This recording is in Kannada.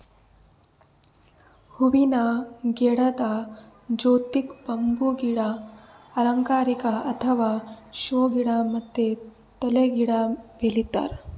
ಹೂವಿನ ಗಿಡದ್ ಜೊತಿಗ್ ಬಂಬೂ ಗಿಡ, ಅಲಂಕಾರಿಕ್ ಅಥವಾ ಷೋ ಗಿಡ ಮತ್ತ್ ತಾಳೆ ಗಿಡ ಬೆಳಿತಾರ್